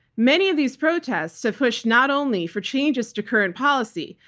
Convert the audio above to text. many of these protests have pushed not only for changes to current policy,